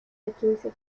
quince